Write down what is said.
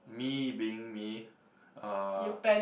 me being me uh